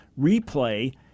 replay